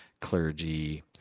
clergy